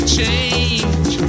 change